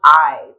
eyes